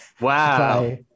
Wow